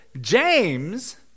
James